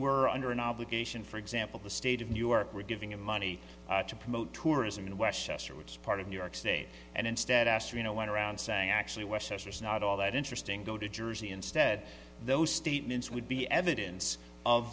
were under an obligation for example the state of new york were giving him money to promote tourism in westchester which part of new york say and instead asked you know went around saying actually westchester is not all that interesting go to jersey instead those statements would be evidence of